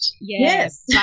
Yes